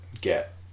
get